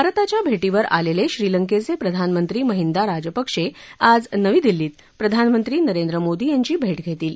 भारताच्या भेटीवर आलेले श्रीलंकेचे प्रधानमंत्री महिंदा राजपक्षे आज नवी दिल्लीत प्रधानमंत्री नरेंद्र मोदी यांची भेट घेतील